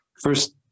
First